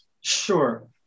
Sure